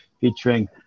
featuring